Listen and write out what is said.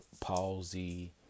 palsy